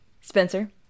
Spencer